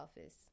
office